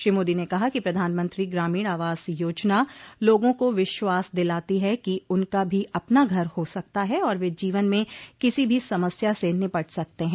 श्री मोदी ने कहा कि प्रधानमंत्री ग्रामीण आवास योजना लोगों को विश्वास दिलाती है कि उनका भी अपना घर हो सकता है और वे जीवन में किसी भी समस्या से निपट सकते हैं